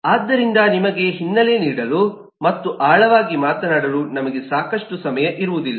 ಆದ್ದರಿಂದ ನಿಮಗೆ ಹಿನ್ನೆಲೆ ನೀಡಲು ಮತ್ತು ಆಳವಾಗಿ ಮಾತನಾಡಲು ನಮಗೆ ಸಾಕಷ್ಟು ಸಮಯ ಇರುವುದಿಲ್ಲ